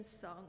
song